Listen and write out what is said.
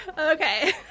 Okay